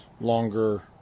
longer